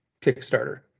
kickstarter